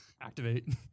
activate